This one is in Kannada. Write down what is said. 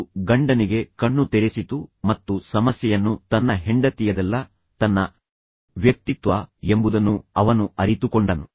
ಅದು ಗಂಡನಿಗೆ ಕಣ್ಣು ತೆರೆಸಿತು ಮತ್ತು ಸಮಸ್ಯೆಯನ್ನು ತನ್ನ ಹೆಂಡತಿಯದಲ್ಲ ತನ್ನ ವ್ಯಕ್ತಿತ್ವ ಎಂಬುದನ್ನು ಅವನು ಅರಿತುಕೊಂಡನು